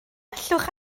allwch